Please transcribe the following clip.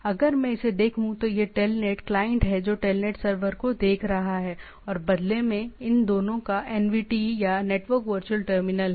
अगर मैं इसे देखूं तो यह टेलनेट क्लाइंट है जो टेलनेट सर्वर को देख रहा है और बदले में इन दोनों का एनवीटी या नेटवर्क वर्चुअल टर्मिनल है